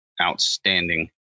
outstanding